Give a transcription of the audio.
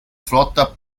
flotta